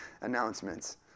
announcements